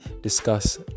discuss